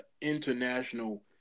international